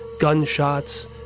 gunshots